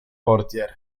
portier